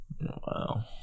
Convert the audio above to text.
Wow